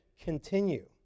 continue